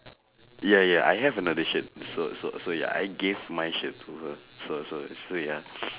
ya ya I have another shirt so so so ya I gave my shirt to her so so so ya